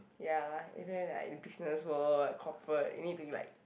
ya even like business world and corporate you need to like